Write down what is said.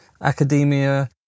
academia